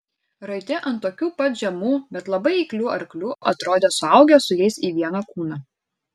raiti ant tokių pat žemų bet labai eiklių arklių atrodė suaugę su jais į vieną kūną